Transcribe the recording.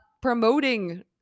promoting